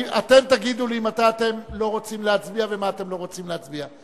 אתם תגידו לי מתי אתם רוצים להצביע ומה אתם לא רוצים להצביע.